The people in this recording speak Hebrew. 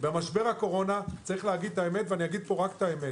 במשבר הקורונה יש לומר את האמת ואומר פה רק את האמת